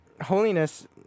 holiness